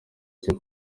cyo